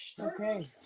okay